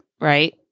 Right